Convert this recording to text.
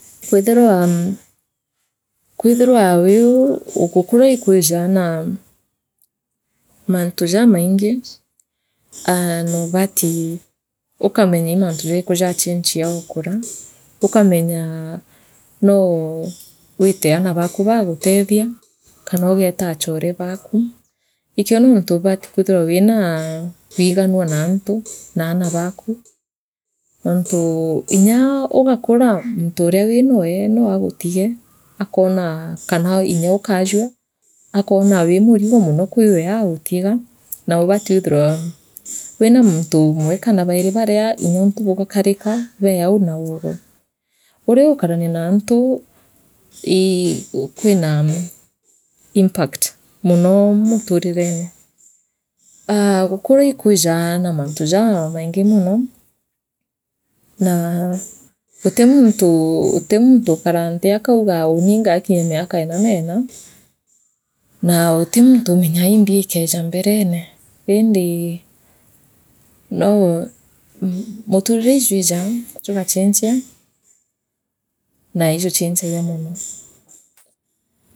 Kwithirwa kwithira wii gukuraa ikwiijaa noa mantu jamaingi aah noobatii ukamenya ii mantu jaiku jaachinchia wikura ukamenyaa noo witee aana baku baagutethia kanoogeta achore baaka ikio nontu ubati kwithirwa wiinaa kwiganua naantu naana baku noontu inyaa ugakura muntu uria winwee noagutige akoona kana inyoo kaajua akoora wi murigo mono kwiwe aagutiga na ubati withirwe wina muntu umwe kana bairi baria inyoonti bugakarika bee au naugwe uria ugukarania naantu ii kwina impact mono muturirene aa gukura ikwiijaa na mantu jaa jamaingi mono naa guti muntu ukaraa nthi ukauga uni ngakinyia miakenaa nenaa naa uti muntu umenyaa imbi ikeeja mbenene indii noo muturire ijwijaajugachinchia naaijuchinchagia mono.